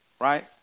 right